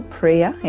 prayer